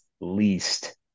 least